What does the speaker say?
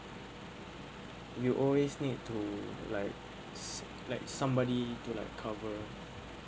you always need to like like somebody to like cover